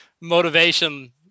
motivation